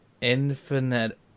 infinite